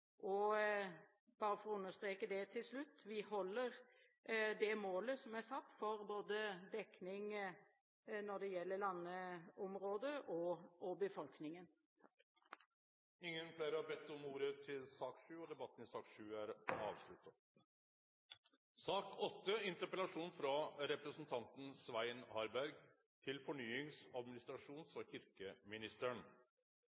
Bare for å understreke det til slutt: Vi holder det målet som er satt for dekning når det gjelder både landområder og befolkningen. Fleire har ikkje bedt om ordet til sak nr. 7. Det er ikke uvanlig verken i